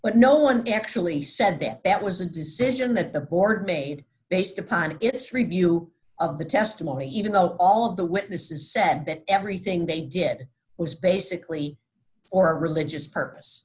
but no one can actually said that that was a decision that the board made based upon its review of the testimony even though all the witnesses said that everything they did was basically for religious purpose